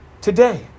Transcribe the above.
Today